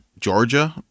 Georgia